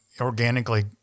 organically